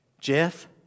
Jeff